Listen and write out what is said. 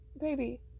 baby